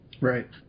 Right